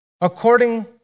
according